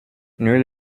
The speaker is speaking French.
nul